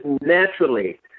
naturally